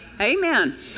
Amen